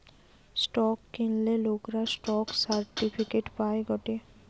stock কিনলে লোকরা stock certificate পায় গটে